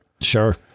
Sure